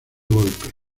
golpe